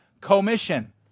commission